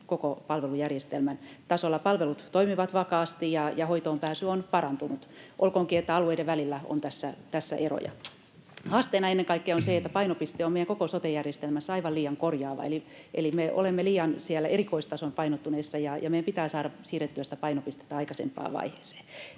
koko palvelujärjestelmän tasolla. Palvelut toimivat vakaasti, ja hoitoonpääsy on parantunut, olkoonkin, että alueiden välillä on tässä eroja. Haasteena ennen kaikkea on se, että painopiste on meidän koko sote-järjestelmässä aivan liian korjaava, eli me olemme liikaa sinne erikoistasoon painottuneesti, ja meidän pitää saada siirrettyä sitä painopistettä aikaisempaan vaiheeseen.